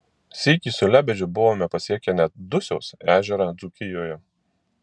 sykį su lebedžiu buvome pasiekę net dusios ežerą dzūkijoje